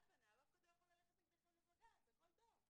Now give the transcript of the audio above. על פניו אף אחד לא יכול ללכת נגדכם לבג"ץ כי הכול טוב.